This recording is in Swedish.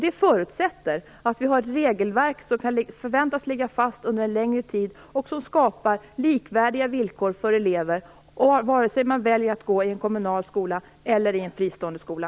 Det förutsätter att vi har ett regelverk som kan förväntas ligga fast under en längre tid och som skapar likvärdiga villkor för elever, vare sig de väljer att gå i en kommunal skola eller i en fristående skola.